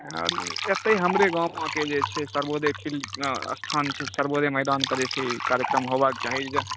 एतहि हमरे गाममे के जे छै सर्वोदय फिल्ड स्थान छै सर्वोदय मैदानपर जे छै से ई कार्यक्रम होयबाक चाही जे